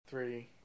Three